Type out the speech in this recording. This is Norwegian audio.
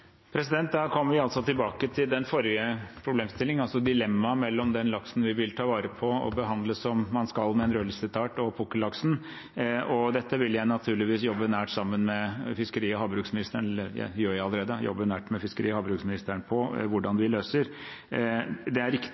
Da kommer vi tilbake til den forrige problemstillingen, dilemmaet mellom den laksen vi vil ta vare på og behandle som man skal med en rødlistet art, og pukkellaksen. Dette vil jeg naturligvis jobbe nært sammen med fiskeri- og havbruksministeren – jeg gjør det allerede – om hvordan vi løser. Det er riktig at pukkellaksen er en ressurs hvis den fiskes på riktig tidspunkt, det er